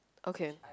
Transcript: okay